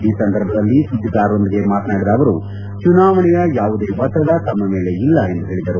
ಈ ಸಂದರ್ಭದಲ್ಲಿ ಸುದ್ದಿಗಾರರೊಂದಿಗೆ ಮಾತನಾಡಿದ ಅವರು ಚುನಾವಣೆಯ ಯಾವುದೇ ಒತ್ತಡ ತಮ್ಮ ಮೇಲೆ ಇಲ್ಲ ಎಂದು ಹೇಳಿದರು